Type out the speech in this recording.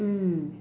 mm